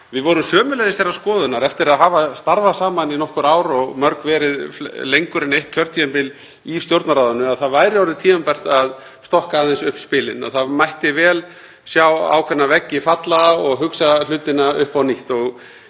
Við vorum sömuleiðis þeirrar skoðunar, eftir að hafa starfað saman í nokkur ár, og mörg verið lengur en eitt kjörtímabil í Stjórnarráðinu, að það væri orðið tímabært að stokka aðeins upp spilin, það mætti vel sjá ákveðna veggi falla og hugsa hlutina upp á nýtt.